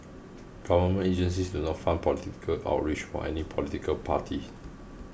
government agencies do not fund political outreach for any political party